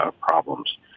problems